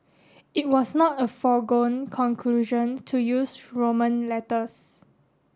it was not a foregone conclusion to use Roman letters